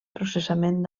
processament